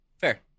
Fair